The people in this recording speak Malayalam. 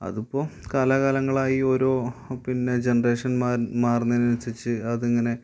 അതിപ്പോള് കാലാകാലങ്ങളായി ഓരോ പിന്നെ ജനറേഷൻ മാറുന്നതിനനുസരിച്ച് അതിങ്ങനെ